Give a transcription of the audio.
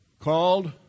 called